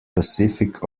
pacific